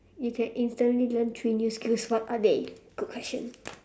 you can instantly learn three new skills what are they good question